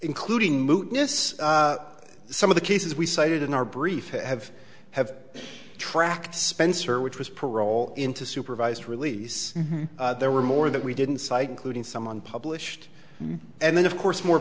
including mootness some of the cases we cited in our brief have have tracked spencer which was parole into supervised release there were more that we didn't cite including some one published and then of course more